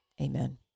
Amen